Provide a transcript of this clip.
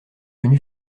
venu